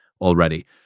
already